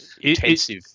intensive